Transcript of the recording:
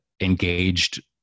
engaged